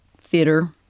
theater